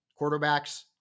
Quarterbacks